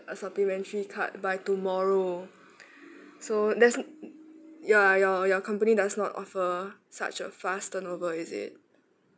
a supplementary card by tomorrow so there's n~ ya your your company does not offer such a fast turnover is it